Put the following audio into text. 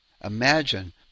Imagine